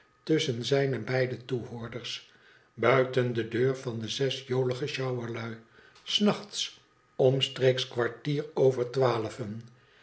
tusschen zijne beide toehoorders buiten de deur van de zes jolige sjouwerlui s nachts omstreeks kwartier over twaalven